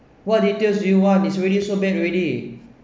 what details details do you want it's really so bad already